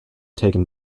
taken